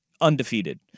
undefeated